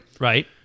Right